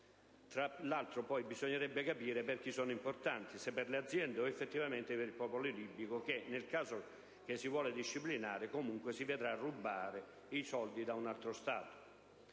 Tra l'altro, poi, bisognerebbe capire per chi sono importanti, se per le aziende o effettivamente per il popolo libico che, nel caso che si vuole disciplinare, comunque si vedrà rubare i soldi da un altro Stato.